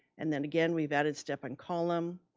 and then again, we've added step and column.